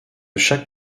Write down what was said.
chaque